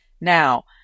Now